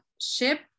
ship